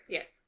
Yes